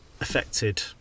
affected